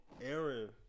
Aaron